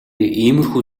иймэрхүү